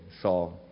saw